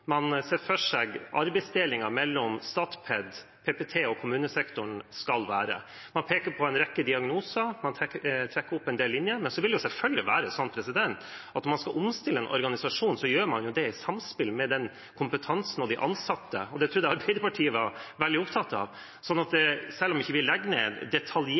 man ser for seg at arbeidsdelingen mellom Statped, PPT og kommunesektoren skal være. Man peker på en rekke diagnoser, og man trekker opp en del linjer. Men så vil det selvfølgelig være sånn at når man skal omstille en organisasjon, gjør man det i samspill med kompetansen og de ansatte, og det trodde jeg Arbeiderpartiet var veldig opptatt av. Så selv om vi ikke legger ned